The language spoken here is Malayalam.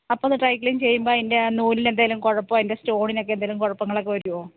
അപ്പം അത് ഡ്രൈ ക്ലീൻ ചെയ്യുമ്പോൾ അതിൻ്റെ ആ നൂലിന് എന്തെലും കുഴപ്പമോ അതിൻ്റെ സ്റ്റോണിനൊക്കെ എന്തെലും കുഴപ്പങ്ങൾ ഒക്കെ വരുമോ